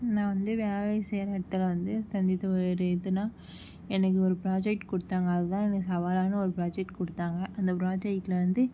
நான் வந்து வேலை செய்கிற இடத்துல வந்து சந்தித்த ஒரு இதுன்னால் எனக்கு ஒரு ப்ராஜெக்ட் கொடுத்தாங்க அதுதான் எனக்கு சவாலான ஒரு ப்ராஜெக்ட் கொடுத்தாங்க அந்த ப்ராஜெக்ட்டில் வந்து